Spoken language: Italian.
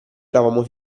eravamo